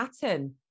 pattern